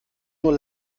nur